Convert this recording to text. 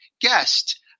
guest